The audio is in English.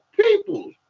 people